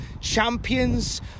champions